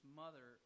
mother